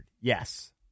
Yes